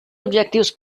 objectius